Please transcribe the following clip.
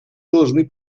должны